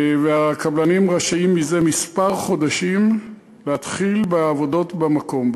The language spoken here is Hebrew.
והקבלנים רשאים זה כמה חודשים להתחיל בעבודות במקום,